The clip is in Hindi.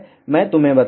मै तुम्हे बताऊंगा